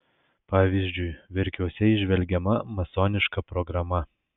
pavyzdžiui verkiuose įžvelgiama masoniška programa